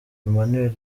emmanuel